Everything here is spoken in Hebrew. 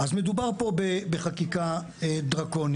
אבל מדובר פה בחקיקה דרקונית,